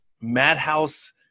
madhouse